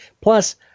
Plus